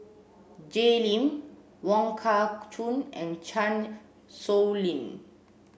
Jay Lim Wong Kah Chun and Chan Sow Lin